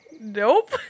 Nope